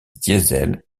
diesel